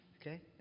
Okay